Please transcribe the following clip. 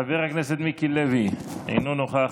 מוותר, חבר הכנסת מיקי לוי, אינו נוכח.